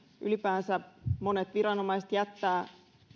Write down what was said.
ylipäänsä monet viranomaiset jättävät